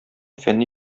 фәнни